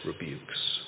rebukes